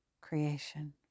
creation